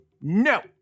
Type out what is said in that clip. no